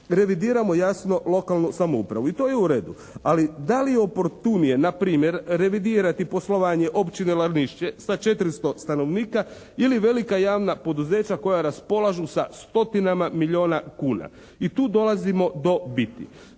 Revidiramo jasno lokalnu samoupravu. I to je u redu. Ali da li je oportunije na primjer revidirati poslovanje općine Lanišće sa 400 stanovnika ili velika javna poduzeća koja raspolažu sa stotinama milijuna kuna? I tu dolazimo do biti.